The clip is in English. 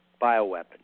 bioweapon